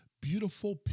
beautiful